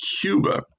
Cuba